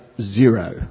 zero